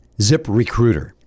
ZipRecruiter